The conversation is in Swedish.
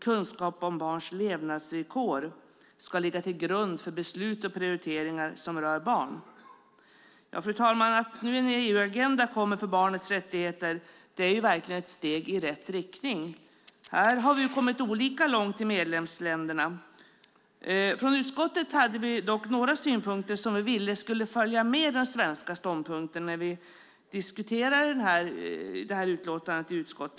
Kunskap om barns levnadsvillkor ska ligga till grund för beslut och prioriteringar som rör barn. Fru talman! Att nu en EU-agenda kommer om barnets rättigheter är verkligen ett steg i rätt riktning. Här har vi kommit olika långt i medlemsländerna. Från utskottet hade vi dock några synpunkter som vi ville skulle följa med den svenska ståndpunkten när vi diskuterade utlåtandet i utskottet.